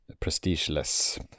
prestigeless